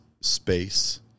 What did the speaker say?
space